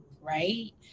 right